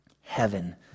Heaven